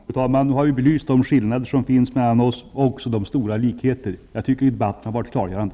Fru talman! Vi har belyst de skillnader som finns mellan oss och också de stora likheterna. Jag tycker att debatten har varit klargörande.